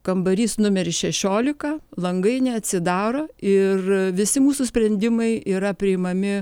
kambarys numeris šešiolika langai neatsidaro ir visi mūsų sprendimai yra priimami